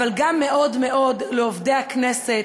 אבל גם מאוד מאוד לעובדי הכנסת,